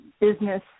business